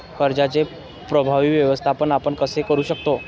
कर्जाचे प्रभावी व्यवस्थापन आपण कसे करु शकतो?